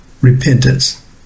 repentance